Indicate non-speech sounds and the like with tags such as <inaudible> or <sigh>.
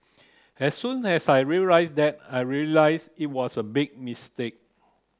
as soon as I said <unintelligible> that I realised it was a big mistake